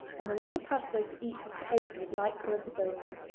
and the little pathway to each was paved with light coloured stones.